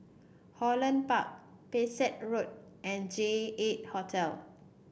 Holland Park Pesek Road and J eight Hotel